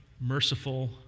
merciful